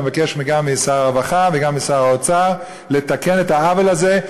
אני מבקש גם משר הרווחה וגם משר האוצר לתקן את העוול הזה,